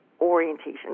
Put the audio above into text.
orientation